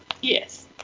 Yes